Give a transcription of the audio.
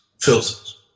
filters